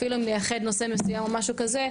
אפילו אם נייחד נושא מסוים או משהו כזה,